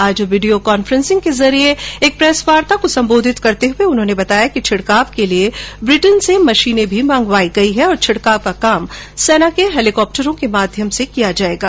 आज video conferencing के जरिए एक प्रेसवार्ता को संबोधित करते हुए उन्होंने बताया कि छिड़काव के लिए ब्रिटेन से मशीने भी मंगवाई गयी है और छिड़काव का काम सेना के हैलीकॉप्टरों के माध्यम से किया जाएगा